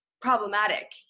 problematic